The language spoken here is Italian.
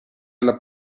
alla